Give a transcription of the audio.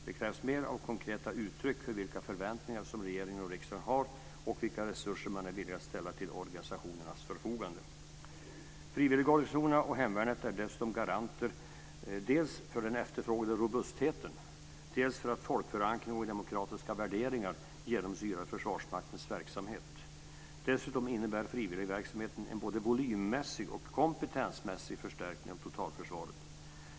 Det krävs mer av konkreta uttryck för vilka förväntningar som regering och riksdag har och vilka resurser man är villig att ställa till organisationernas förfogande. Frivilligorganisationerna och hemvärnet är dessutom garanter dels för den efterfrågade robustheten, dels för att folkförankring och demokratiska värderingar genomsyrar Försvarsmaktens verksamhet. Dessutom innebär frivilligverksamheten en både volymmässig och kompetensmässig förstärkning av totalförsvaret.